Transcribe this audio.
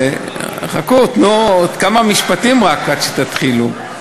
חכו, תנו רק עוד כמה משפטים עד שתתחילו.